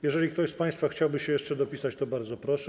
Jeżeli ktoś z państwa chciałby się jeszcze dopisać, to bardzo proszę.